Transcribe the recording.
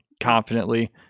confidently